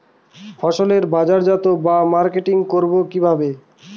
ফসলের বাজারজাত বা মার্কেটিং করব কিভাবে?